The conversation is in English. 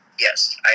Yes